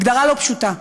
הגדרה לא פשוטה.